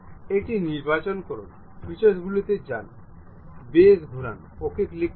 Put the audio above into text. এটি নির্বাচন করুন ফিচার্সগুলিতে যান বেস ঘুরান OK ক্লিক করুন